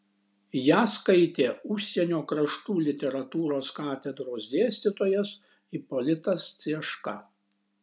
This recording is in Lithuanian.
ją skaitė užsienio kraštų literatūros katedros dėstytojas ipolitas cieška